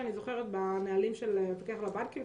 מה שאני זוכרת מהנהלים של המפקח על הבנקים,